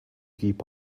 keep